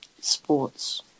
sports